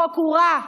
החוק הוא רע,